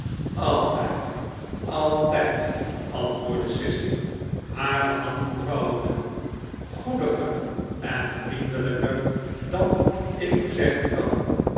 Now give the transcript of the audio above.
altijd altijd antwoordde sissy hare handen vouwende goediger en vriendelijker dan ik u zeggen kan